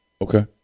Okay